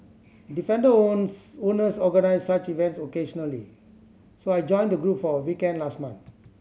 defender owners organise such events occasionally so I joined the group for a weekend last month